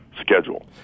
schedule